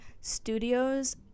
Studios